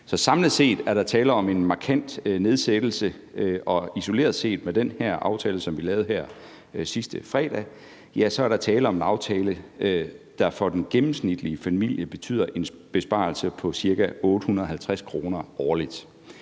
samlet set er der tale om en markant nedsættelse, og isoleret set er der med den aftale, som vi lavede sidste fredag, tale om en aftale, der for den gennemsnitlige familie betyder en besparelse på ca. 850 kr. årligt.